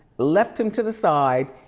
left him to the side.